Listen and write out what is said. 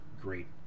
great